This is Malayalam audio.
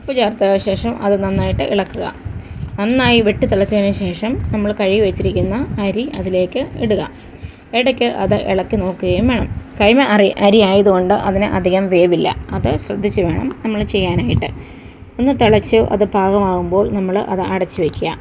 ഉപ്പ് ചേർത്ത ശേഷം അത് നന്നായിട്ട് ഇളക്കുക നന്നായി വെട്ടി തിളച്ചതിനു ശേഷം നമ്മൾ കഴുകി വച്ചിരിക്കുന്ന അരി അതിലേക്ക് ഇടുക ഇടക്ക് അത് ഇളക്കി നോക്കുകയും വേണം കൈമ അരി ആയതുകൊണ്ട് അതിന് അധികം വേവില്ല അത് ശ്രദ്ധിച്ചുവേണം നമ്മൾ ചെയ്യാനായിട്ട് ഒന്ന് തിളച്ച് അത് പാകമാകുമ്പോൾ നമ്മൾ അത് അടച്ച് വയ്ക്കുക